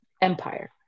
Empire